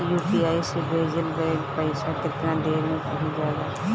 UPI से भेजल गईल पईसा कितना देर में पहुंच जाला?